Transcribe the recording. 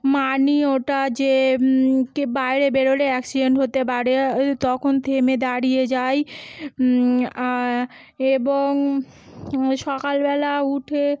মানি ওটা যে কে বাইরে বেরোলে অ্যাক্সিডেন্ট হতে পারে তখন থেমে দাঁড়িয়ে যাই এবং সকালবেলা উঠে